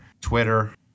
Twitter